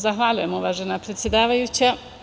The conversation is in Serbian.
Zahvaljujem, uvažena predsedavajuća.